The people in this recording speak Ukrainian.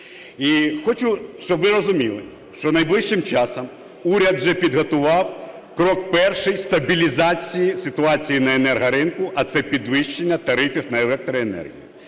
хочу, щоб ви розуміли, що найближчим часом уряд вже підготував крок перший стабілізації ситуації на енергоринку, а це підвищення тарифів на електроенергію